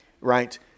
right